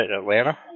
Atlanta